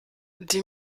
die